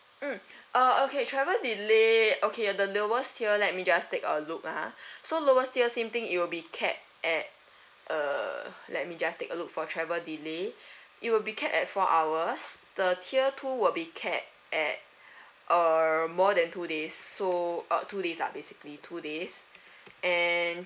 mm uh okay travel delay okay at the lowest tier let me just take a look ah so lowest tier same thing it will be cap at uh let me just take a look for travel delay it will be cap at four hours the tier two will be cap at err more than two days so uh two days lah basically two days and